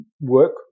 work